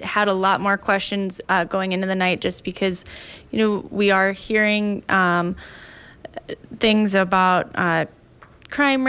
had a lot more questions going into the night just because you know we are hearing things about crime